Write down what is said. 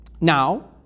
Now